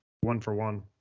one-for-one